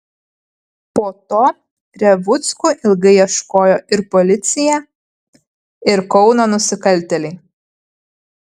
po to revuckų ilgai ieškojo ir policija ir kauno nusikaltėliai